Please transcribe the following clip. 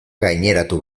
gaineratu